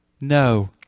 No